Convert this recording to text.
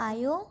Ayo